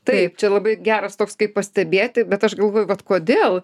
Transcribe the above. taip čia labai geras toks kaip pastebėti bet aš galvoju vat kodėl